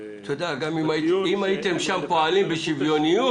--- אתה יודע, אם הייתם שם פועלים בשוויוניות,